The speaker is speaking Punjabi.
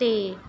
ਤੇ